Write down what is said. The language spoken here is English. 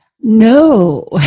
No